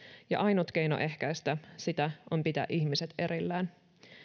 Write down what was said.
ja ainut keino ehkäistä sitä on pitää ihmiset erillään